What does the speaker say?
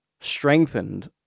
strengthened